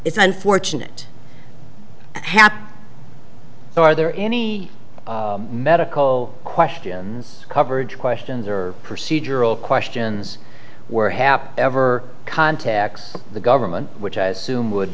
it's unfortunate happen so are there any medical questions covered questions or procedural questions were happy ever contacts the government which i assume would